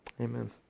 amen